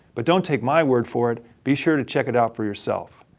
but. don't take my word for it be sure to check it out for yourself.